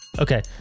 Okay